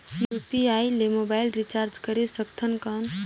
UPI ले mobile recharge करे सकथन कौन?